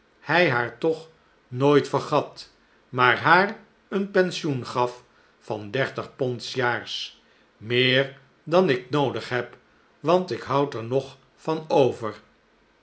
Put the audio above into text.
hij haar toch nooit vergat maar haar een pensioen gaf van dertig pond s jaars meer dan ik noodig heb want ik houd er nog van over